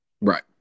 Right